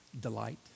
Delight